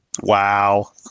Wow